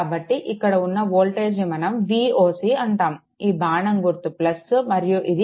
కాబట్టి ఇక్కడ ఉన్న వోల్టేజ్ని మనం Voc అంటాము ఈ బాణం గుర్తు మరియు ఇది